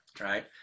right